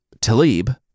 Talib